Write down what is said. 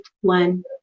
one